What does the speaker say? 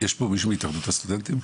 יש פה מישהו מהתאחדות הסטודנטים?